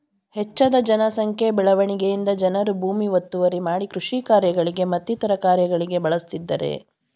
ಹೆಚ್ಜದ ಜನ ಸಂಖ್ಯೆ ಬೆಳವಣಿಗೆಯಿಂದ ಜನರು ಭೂಮಿ ಒತ್ತುವರಿ ಮಾಡಿ ಕೃಷಿ ಕಾರ್ಯಗಳಿಗೆ ಮತ್ತಿತರ ಕಾರ್ಯಗಳಿಗೆ ಬಳಸ್ತಿದ್ದರೆ